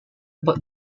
about